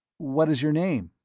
what is your name?